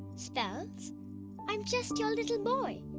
spells i'm just your little boy,